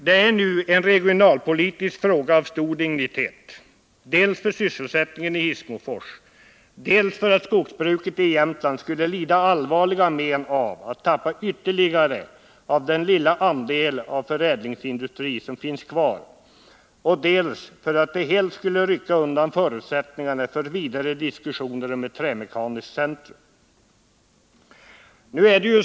Detta är nu en regionalpolitisk fråga av stor dignitet, dels med hänsyn till sysselsättningen i Hissmofors, dels för att skogsbruket i Jämtland skulle lida allvarliga men av att tappa ytterligare av den lilla andel av förädlingsindustri som finns kvar, dels för att uteblivna investeringar helt skulle rycka undan förutsättningarna för vidare diskussioner om ett trämekaniskt centrum.